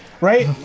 right